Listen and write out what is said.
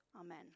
Amen